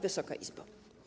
Wysoka Izbo!